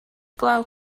glaw